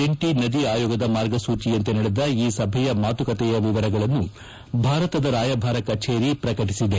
ಜಂಟ ನದಿ ಆಯೋಗದ ಮಾರ್ಗಸೂಚಿಯಂತೆ ನಡೆದ ಈ ಸಭೆಯ ಮಾತುಕತೆಯ ವಿವರಗಳನ್ನು ಭಾರತದ ರಾಯಭಾರ ಕಜೇರಿ ಪ್ರಕಟಿಸಿದೆ